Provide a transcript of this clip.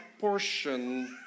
portion